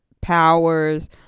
powers